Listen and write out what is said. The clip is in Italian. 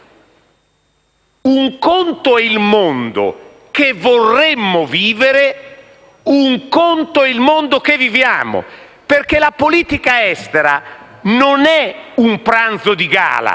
Un conto allora è il mondo che vorremmo vivere, un conto è il mondo che viviamo perché la politica estera non è un pranzo di gala